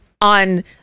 on